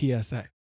PSA